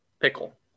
Pickle